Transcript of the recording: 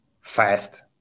fast